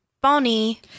Bonnie